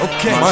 Okay